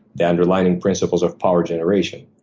the underlying principles of power generation.